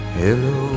hello